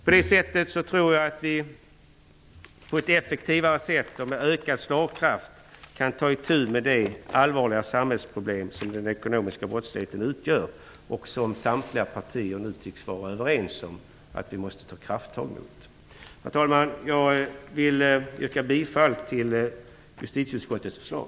På det sättet tror jag att vi på ett effektivare sätt och med ökad slagkraft kan ta itu med det allvarliga samhällsproblem som den ekonomiska brottsligheten utgör och som samtliga partier nu tycks vara överens om att vi måste ta krafttag mot. Herr talman! Jag vill yrka bifall till justitieutskottets förslag.